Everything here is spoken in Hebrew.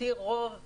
לפי רוב המחקרים,